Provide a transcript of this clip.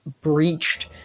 breached